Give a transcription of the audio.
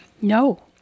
No